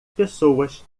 pessoas